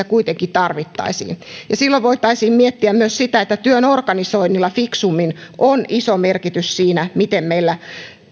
kuitenkin tarvittaisiin silloin voitaisiin miettiä myös sitä että työn organisoinnilla fiksummin on iso merkitys siinä miten meillä